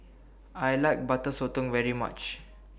I like Butter Sotong very much